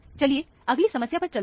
चलिए अगली समस्या पर चलते हैं